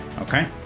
Okay